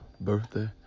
birthday